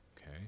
okay